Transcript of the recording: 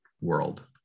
world